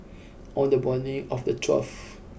on the morning of the twelfth